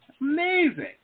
Amazing